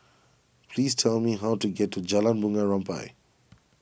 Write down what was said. please tell me how to get to Jalan Bunga Rampai